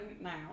now